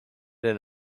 and